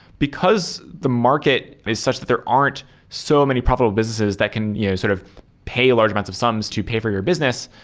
because the market is such that there aren't so many profitable businesses that can you know sort of pay large amounts of sums to pay for your business,